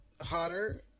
hotter